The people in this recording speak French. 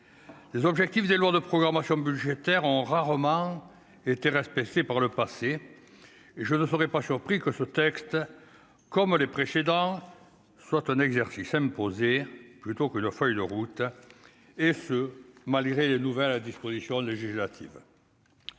les objectifs des lourd de programmation budgétaire ont rarement été respecté par le passé, je ne serais pas surpris que ce texte, comme les précédents, soit un exercice imposé plutôt que la feuille de route, et ce malgré les nouvelles disposition du juge hâtive